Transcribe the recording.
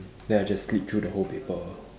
then I just sleep through the whole paper